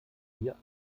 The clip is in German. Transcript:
hier